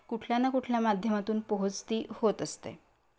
कुठल्या ना कुठल्या माध्यमातून पोहोचती होत असते